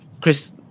Chris